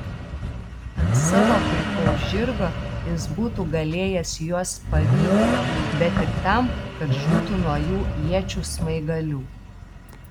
ant savo puikaus žirgo jis būtų galėjęs juos pavyti bet tik tam kad žūtų nuo jų iečių smaigalių